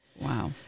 wow